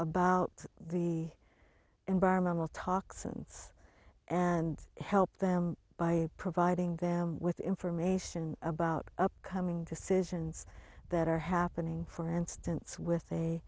about the environmental toxins and help them by providing them with information about upcoming decisions that are happening for instance with